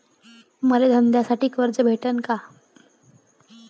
मले धंद्यासाठी कर्ज भेटन का?